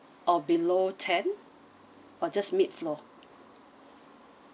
or below ten or just mid floor